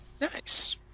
Nice